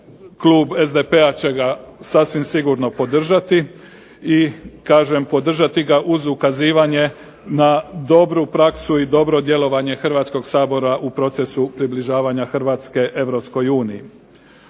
klub SDP-a će ga sasvim sigurno podržati i kažem podržati ga uz ukazivanje na dobru praksu i dobro djelovanje Hrvatskog sabora u procesu približavanja Hrvatske